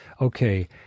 Okay